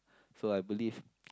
so I believe